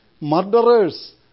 murderers